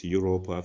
Europe